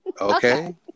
okay